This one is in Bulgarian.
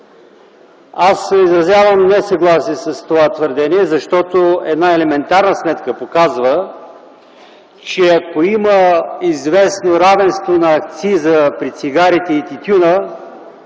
Аз изразявам несъгласие с това твърдение, защото една елементарна сметка показва, че ако има известно равенство на акциза при цигарите и тютюна,